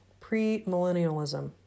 premillennialism